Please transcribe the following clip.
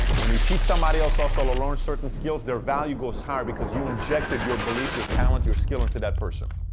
when you teach somebody else to also ah learn certain skills, their value goes higher, because you injected your belief, your talent, your skill into that person.